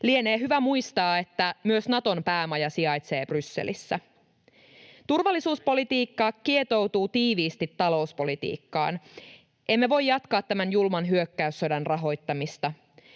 Lienee hyvä muistaa, että myös Naton päämaja sijaitsee Brysselissä. Turvallisuuspolitiikka kietoutuu tiiviisti talouspolitiikkaan. Emme voi jatkaa tämän julman hyökkäyssodan rahoittamista.